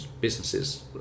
businesses